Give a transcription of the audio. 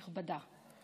כנסת נכבדה,